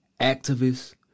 activists